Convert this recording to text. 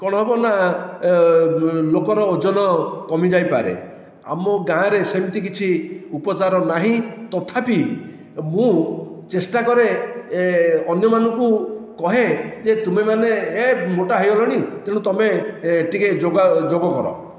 କଣ ହେବ ନା ଲୋକର ଓଜନ କମି ଯାଇପାରେ ଆମ ଗାଁରେ ସେମିତି କିଛି ଉପଚାର ନାହିଁ ତଥାପି ମୁଁ ଚେଷ୍ଟା କରେ ଏ ଅନ୍ୟମାନଙ୍କୁ କହେ ଯେ ତୁମେ ମାନେ ଏ ମୋଟା ହୋଇଗଲାଣି ତେଣୁ ତୁମେ ଏ ଟିକେ ଯୋଗା ଯୋଗ କର